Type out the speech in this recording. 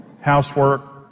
Housework